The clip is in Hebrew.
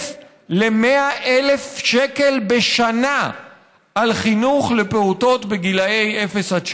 ל-100,000 שקל בשנה על חינוך לפעוטות בגיל אפס עד שלוש.